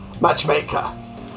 matchmaker